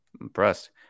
Impressed